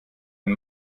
ein